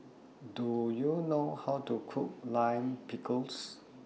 Do YOU know How to Cook Lime Pickle